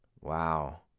Wow